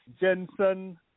Jensen